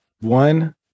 one